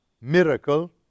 miracle